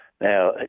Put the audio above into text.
Now